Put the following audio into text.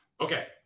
Okay